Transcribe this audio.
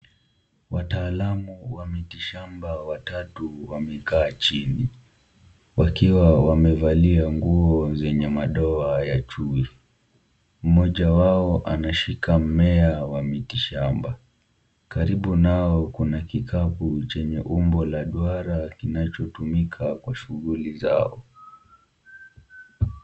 Wataalamu wa miti shamba watatu wamekaa chini, wakiwa wamevalia nguo zenye madoa ya Chui. Mmoja wao anashika mimea wa miti shamba, karibu naoo kuna kikabu chenye umbo wa duara kinachotumika kwa shughuli zao.